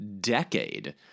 decade